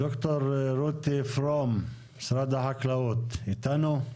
ד"ר רותי פרום, משרד החקלאות, איתנו?